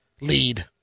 lead